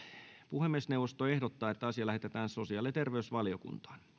puhemiesneuvosto ehdottaa että asia lähetetään sosiaali ja terveysvaliokuntaan